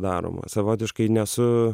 daroma savotiškai nesu